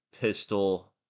pistol